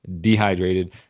dehydrated